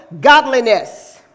godliness